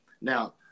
Now